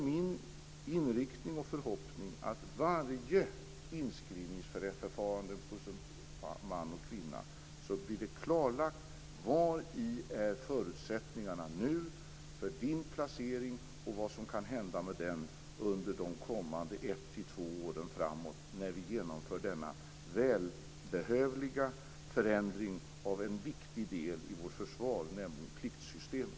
Min inriktning och förhoppning är, att det vid varje inskrivningsförfarande för en man eller kvinna blir klarlagt vilka förutsättningarna är nu för hans eller hennes placering och vad som kan hända med den under de kommande ett till två åren, när vi genomför denna välbehövliga förändring av en viktig del i vårt försvar, nämligen pliktsystemet.